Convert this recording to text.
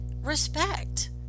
respect